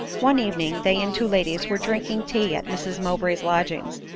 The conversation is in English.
one evening they and two ladies were drinking tea at mrs mowbray's lodgings,